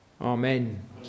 Amen